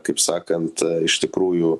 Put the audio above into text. kaip sakant iš tikrųjų